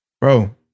Bro